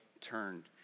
turned